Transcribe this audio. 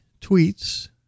tweets